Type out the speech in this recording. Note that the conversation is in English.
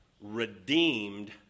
redeemed